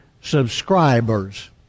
subscribers